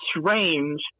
strange